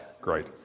Great